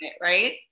Right